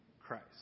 Christ